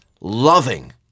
loving